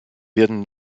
werden